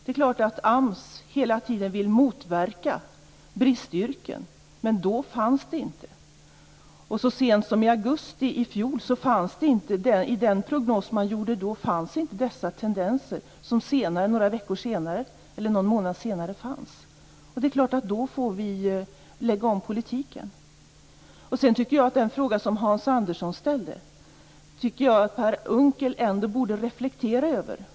Det är klart att AMS hela tiden vill motverka bristyrken men då fanns det inte något sådant. Så sent som i augusti i fjol fanns inte i den prognos som då gjordes de tendenser som någon månad senare fanns. Det är klart att vi då får lägga om politiken. Hans Andersson ställde en fråga som Per Unckel borde reflektera över.